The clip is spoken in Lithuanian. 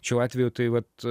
šiuo atveju tai vat